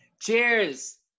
Cheers